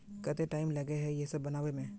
केते टाइम लगे है ये सब बनावे में?